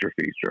Feature